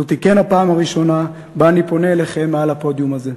זאת כן הפעם הראשונה שאני פונה אליכם מעל הפודיום הזה.